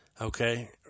Okay